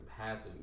Passing